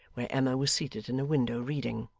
where emma was seated in a window, reading.